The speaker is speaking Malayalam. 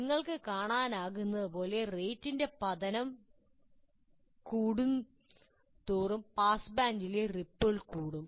നിങ്ങൾക്ക് കാണാനാകുന്നതുപോലെ റേറ്റിൻ്റെ പതനവേഗം കൂടും തോറും പാസ്ബാൻഡിലെ റിപ്പിൾ കൂടും